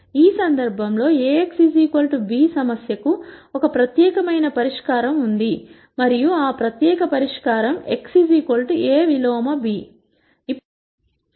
ఈ సందర్భంలో Ax b సమస్యకు ఒక ప్రత్యేకమైన పరిష్కారం ఉంది మరియు ఆ ప్రత్యేక పరిష్కారం x A విలోమ b